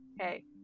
hey